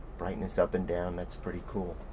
brightness up and down, that's pretty cool.